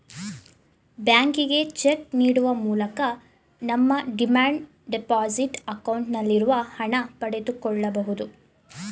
ಬ್ಯಾಂಕಿಗೆ ಚೆಕ್ ನೀಡುವ ಮೂಲಕ ನಮ್ಮ ಡಿಮ್ಯಾಂಡ್ ಡೆಪೋಸಿಟ್ ಅಕೌಂಟ್ ನಲ್ಲಿರುವ ಹಣ ಪಡೆದುಕೊಳ್ಳಬಹುದು